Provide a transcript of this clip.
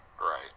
Right